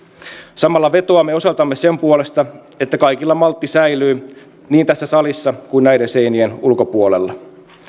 samalla vetoamme osaltamme sen puolesta että kaikilla maltti säilyy niin tässä salissa kuin näiden seinien ulkopuolella